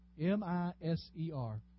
M-I-S-E-R